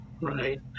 Right